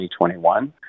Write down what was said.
2021